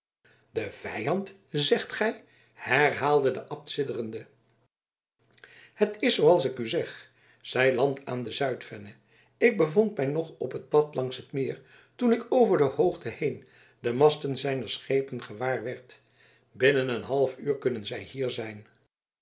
de vijand zegt gij herhaalde de abt sidderende het is zooals ik u zeg hij landt aan de zuidvenne ik bevond mij nog op het pad langs het meer toen ik over de hoogte heen de masten zijner schepen gewaarwerd binnen een halfuur kunnen zij hier zijn